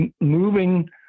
moving